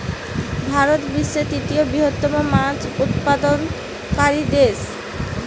ভারত বিশ্বের তৃতীয় বৃহত্তম মাছ উৎপাদনকারী দেশ